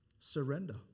Surrender